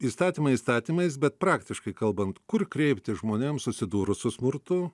įstatymai įstatymais bet praktiškai kalbant kur kreiptis žmonėms susidūrus su smurtu